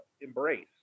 embrace